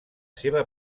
seva